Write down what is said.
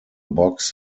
box